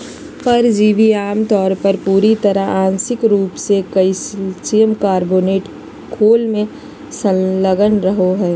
परिजीवी आमतौर पर पूरा तरह आंशिक रूप से कइल्शियम कार्बोनेट खोल में संलग्न रहो हइ